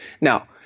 Now